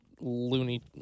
loony